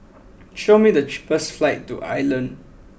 show me the cheapest flights to Ireland